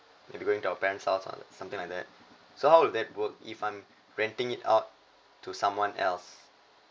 maybe going to our parents house or something like that so how would that work if I'm renting it out to someone else